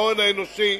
ההון האנושי,